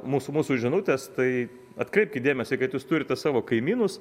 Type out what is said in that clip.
mūsų mūsų žinutės tai atkreipkit dėmesį kad jūs turite savo kaimynus